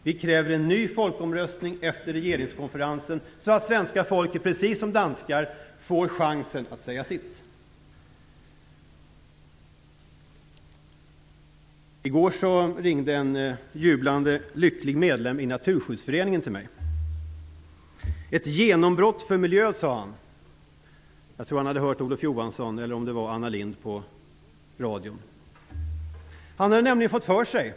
Vi kräver en ny folkomröstning efter regeringskonferensen så att svenska folket, precis som det danska, får chansen att säga sitt. I går ringde en jublande och lycklig medlem i Naturskyddsföreningen till mig. Han talade om ett genombrott för miljön. Jag tror att han hade hört Olof Johansson, eller Anna Lindh, i radion.